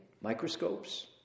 Microscopes